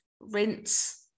rinse